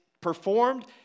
performed